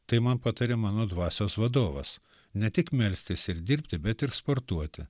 tai man patarė mano dvasios vadovas ne tik melstis ir dirbti bet ir sportuoti